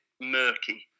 murky